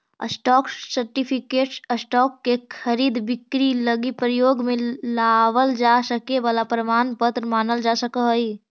stock certificate stock के खरीद बिक्री लगी प्रयोग में लावल जा सके वाला प्रमाण पत्र मानल जा सकऽ हइ